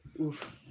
Oof